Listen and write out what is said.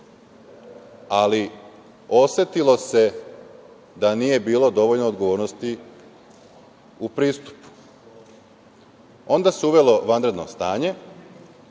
Ali, osetilo se da nije bilo dovoljno odgovornosti u pristupu. Onda se uvelo vanredno stanje